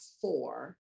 four